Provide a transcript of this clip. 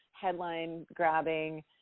headline-grabbing